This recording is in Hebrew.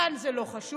כאן זה לא חשוב.